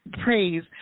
praise